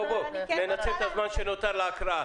ננצל את הזמן שנותר להקראה.